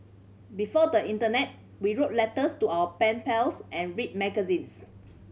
before the internet we wrote letters to our pen pals and read magazines